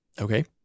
Okay